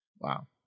Wow